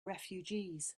refugees